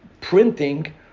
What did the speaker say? printing